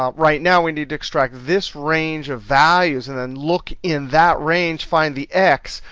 um right? now we need to extract this range of values, and then look in that range, find the x,